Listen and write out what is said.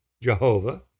Jehovah